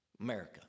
America